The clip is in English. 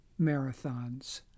marathons